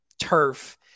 turf